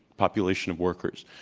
population of workers,